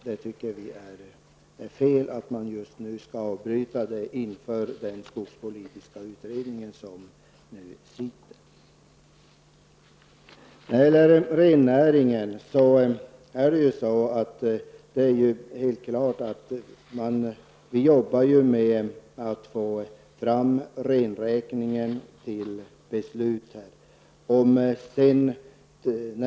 Vi tycker att det är fel att just nu avbryta detta inför den skogspolitiska utredning som nu arbetar. Vi arbetar med att få fram renräkningen till beslut.